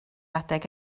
adeg